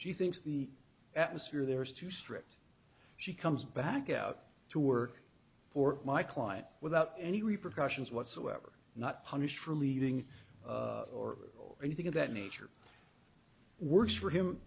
she thinks the atmosphere there is too strict she comes back out to work for my client without any repercussions whatsoever not punished for leaving or anything of that nature works for